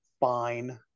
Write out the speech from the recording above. fine